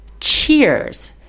cheers